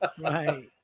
Right